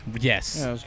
Yes